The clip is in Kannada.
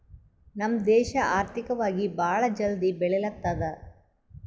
ನಮ್ ದೇಶ ಆರ್ಥಿಕವಾಗಿ ಭಾಳ ಜಲ್ದಿ ಬೆಳಿಲತ್ತದ್